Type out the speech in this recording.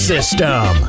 System